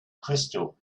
crystal